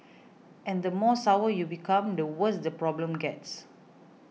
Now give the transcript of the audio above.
and the more sour you become the worse the problem gets